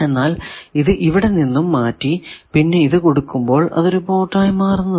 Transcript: എന്നാൽ ഇത് ഇവിടെ നിന്നും മാറ്റി പിന്നെ ഇത് കൊടുക്കുമ്പോൾ അത് ഒരു പോർട്ട് ആയി മാറുന്നതാണ്